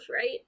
right